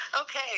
Okay